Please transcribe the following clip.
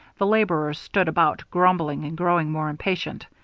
the laborers stood about, grumbling and growing more impatient.